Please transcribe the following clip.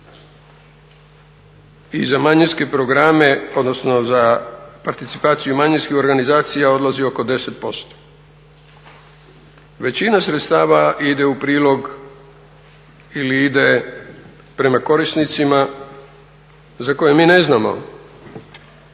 i za manjinske programe, odnosno za participaciju manjinskih organizacija odlazi oko 10%. Većina sredstava ide u prilog ili ide prema korisnicima za koje mi ne znamo